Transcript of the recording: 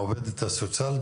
מן העובדת הסוציאלית,